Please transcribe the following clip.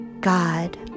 God